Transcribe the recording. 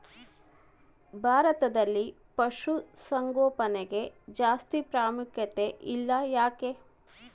ಭಾರತದಲ್ಲಿ ಪಶುಸಾಂಗೋಪನೆಗೆ ಜಾಸ್ತಿ ಪ್ರಾಮುಖ್ಯತೆ ಇಲ್ಲ ಯಾಕೆ?